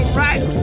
right